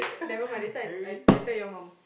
the never mind later I I I tell your mum